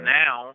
now